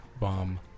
bomb